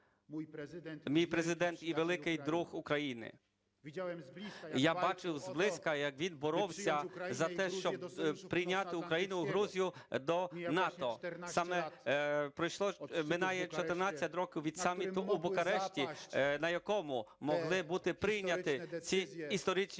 мій Президент і великий друг України. Я бачив зблизька, як він боровся за те, щоб прийняти Україну, Грузію до НАТО. Саме пройшло, минає 14 років від саміту у Бухаресті, на якому могли бути прийняті ці історичні